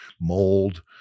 mold